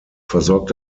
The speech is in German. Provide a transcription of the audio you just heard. versorgt